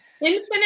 infinite